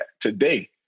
today